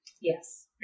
Yes